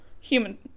human